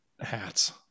hats